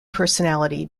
personality